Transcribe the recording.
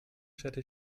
städte